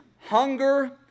hunger